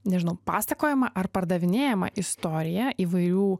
nežinau pasakojama ar pardavinėjama istorija įvairių